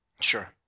Sure